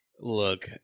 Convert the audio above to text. Look